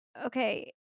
okay